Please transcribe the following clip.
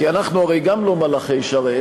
כי הרי אנחנו גם לא מלאכי שרת,